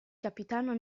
capitano